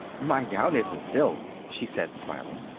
my gown isn't silk, she said, smiling.